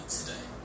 today